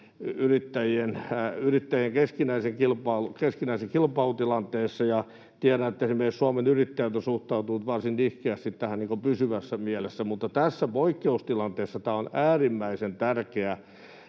yrittä-jien keskinäisen kilpailun tilanteessa, ja tiedän, että esimerkiksi Suomen Yrittäjät on suhtautunut varsin nihkeästi tähän niin kuin pysyvässä mielessä. Mutta tässä poikkeustilanteessa tämä on äärimmäisen tärkeä